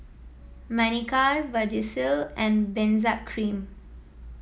Manicare Vagisil and Benzac Cream